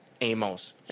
Amos